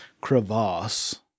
crevasse